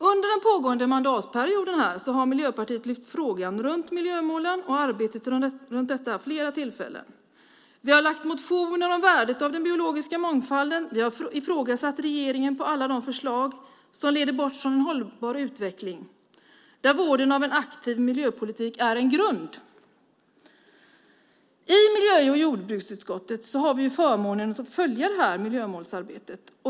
Under den pågående mandatperioden har Miljöpartiet lyft frågan om miljömålen och arbetet runt dessa vid flera tillfällen. Vi har väckt motioner om värdet av den biologiska mångfalden. Vi har ifrågasatt regeringen när det gäller alla de förslag som leder bort från en hållbar utveckling, där vården av en aktiv miljöpolitik är en grund. I miljö och jordbruksutskottet har vi förmånen att få följa miljömålsarbetet.